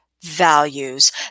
values